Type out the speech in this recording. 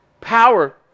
Power